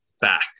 back